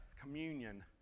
communion